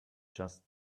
just